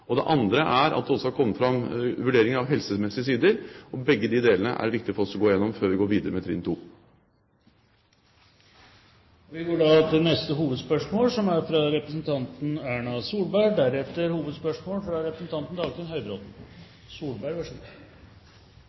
og det andre er at det også har kommet fram vurderinger av helsemessige sider. Begge de delene er det viktig for oss å gå igjennom før vi går i gang med trinn 2. Vi går videre til neste hovedspørsmål.